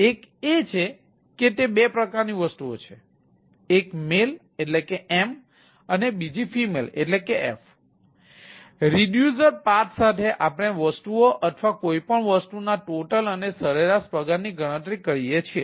એક એ છે કે તે બે પ્રકારની વસ્તુઓ છે એક M અને અને બીજી F રિડ્યુસર પાર્ટ સાથે આપણે વસ્તુઓ અથવા કોઈ પણ વસ્તુના ટોટલ અને સરેરાશ પગારની ગણતરી કરીએ છીએ